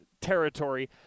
territory